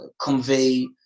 convey